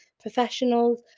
professionals